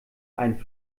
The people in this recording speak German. einen